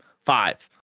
Five